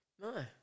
No